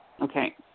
Okay